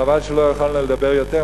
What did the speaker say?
חבל שלא יכולנו לדבר יותר.